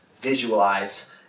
visualize